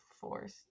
force